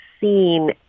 seen